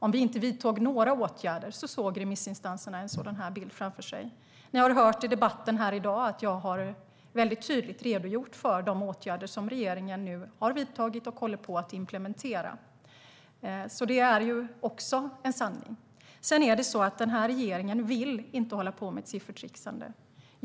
Om vi inte vidtog några åtgärder såg remissinstanserna en viss bild framför sig. I debatten här i dag har jag tydligt redogjort för de åtgärder som regeringen har vidtagit och håller på att implementera. Det är också en sanning. Den här regeringen vill inte hålla på med siffertrixande.